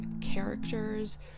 characters